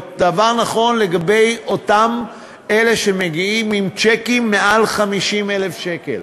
הדבר נכון לגבי אלה שמגיעים עם צ'קים מעל 50,000 שקל.